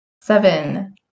Seven